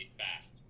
fast